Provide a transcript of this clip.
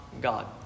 God